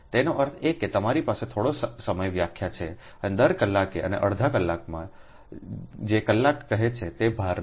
તેનો અર્થ એ કે તમારી પાસે થોડો સમય વ્યાખ્યા છે અને દરકલાકે અને અડધા કલાકમાં જે કલાક કહે છે તેભાર લો